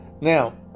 Now